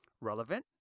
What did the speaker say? Relevant